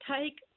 take